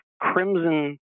crimson